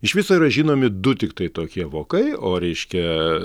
iš viso yra žinomi du tiktai tokie vokai o reiškia